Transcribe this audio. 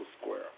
Square